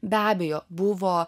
be abejo buvo